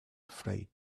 afraid